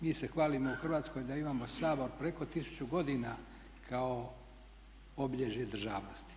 Mi se hvalimo u Hrvatskoj da imamo Sabor preko 1000 godina kao obilježje državnosti.